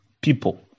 people